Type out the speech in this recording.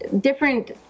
different